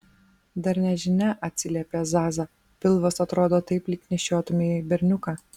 dar nežinia atsiliepė zaza pilvas atrodo taip lyg nešiotumei berniuką